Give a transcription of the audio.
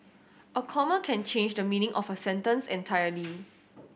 a comma can change the meaning of a sentence entirely